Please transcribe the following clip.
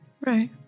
Right